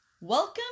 welcome